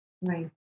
Right